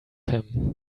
him